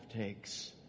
takes